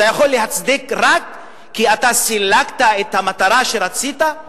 אתה יכול להצדיק, רק כי אתה סילקת את המטרה שרצית?